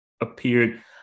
appeared